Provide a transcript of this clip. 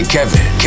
Kevin